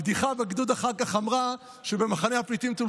הבדיחה בגדוד אחר כך אמרה שבמחנה הפליטים טול